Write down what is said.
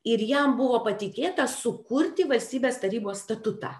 ir jam buvo patikėta sukurti valstybės tarybos statutą